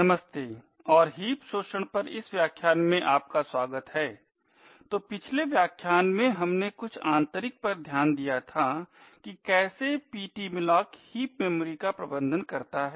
नमस्ते और हीप शोषण पर इस व्याख्यान में आपका स्वागत है तो पिछले व्याख्यान में हमने कुछ आंतरिक पर ध्यान दिया था कि कैसे ptmalloc हीप मेमोरी का प्रबंधन करता है